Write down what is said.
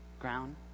ground